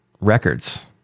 Records